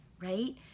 right